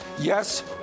Yes